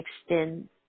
extend